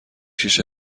شیشه